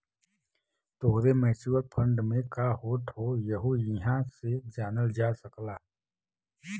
तोहरे mutual fund में का होत हौ यहु इहां से जानल जा सकला